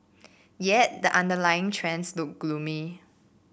yet the underlying trends look gloomy